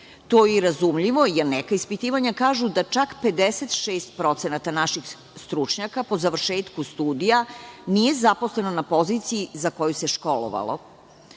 je i razumljivo, jer neka ispitivanja kažu da čak 56% naših stručnjaka po završetku studija nije zaposleno na poziciji za koju se školovalo.